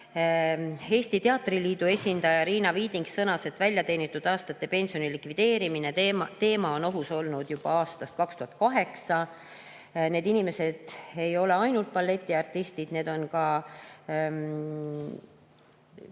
Eesti Teatriliidu esindaja Riina Viiding sõnas, et väljateenitud aastate pensioni likvideerimise teema on õhus olnud aastast 2008. Need inimesed ei ole ainult balletiartistid, need on ka